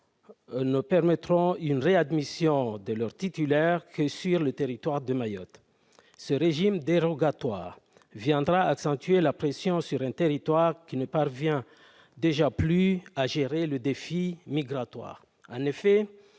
ne permettront une réadmission de leur titulaire que sur le territoire de Mayotte. Ce régime dérogatoire viendra accentuer la pression sur un territoire qui ne parvient déjà plus à gérer le défi migratoire.